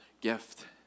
gift